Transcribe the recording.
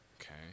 Okay